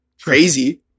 crazy